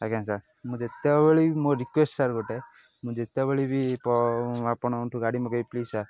ଆଜ୍ଞା ସାର୍ ମୁଁ ଯେତେବେଳେ ମୋ ରିକ୍ୱେଷ୍ଟ୍ ସାର୍ ଗୋଟେ ମୁଁ ଯେତେବେଳେ ବି ଆପଣଙ୍କଠୁ ଗାଡ଼ି ମଗେଇବି ପ୍ଲିଜ୍ ସାର୍